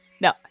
No